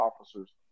officers